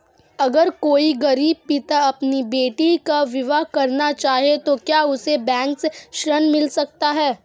अगर कोई गरीब पिता अपनी बेटी का विवाह करना चाहे तो क्या उसे बैंक से ऋण मिल सकता है?